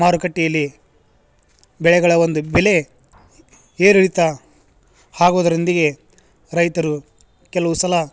ಮಾರುಕಟ್ಟೆಯಲ್ಲಿ ಬೆಳೆಗಳ ಒಂದು ಬೆಲೆ ಏರಿಳಿತ ಆಗೊದರೊಂದಿಗೆ ರೈತರು ಕೆಲವು ಸಲ